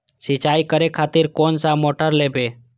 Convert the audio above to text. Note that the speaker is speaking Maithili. सीचाई करें खातिर कोन सा मोटर लेबे?